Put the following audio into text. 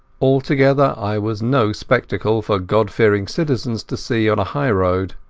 altogether i was no spectacle for god-fearing citizens to see on a highroad.